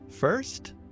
First